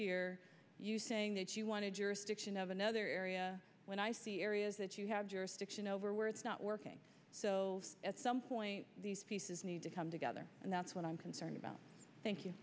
here you saying that you want to jurisdiction of another area when i see areas that you have jurisdiction over where it's not working so at some point these pieces need to come together and that's what i'm concerned about thank you